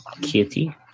Kitty